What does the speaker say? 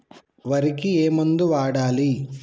వరికి ఏ మందు వాడాలి?